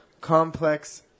complex